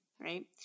right